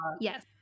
Yes